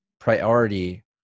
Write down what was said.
priority